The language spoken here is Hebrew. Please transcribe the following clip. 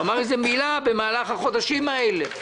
הוא אמר איזו מילה במהלך החודשים האלה.